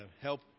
help